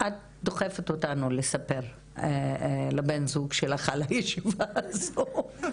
את דוחפת אותנו לספר לבן זוג שלך על הישיבה הזאת.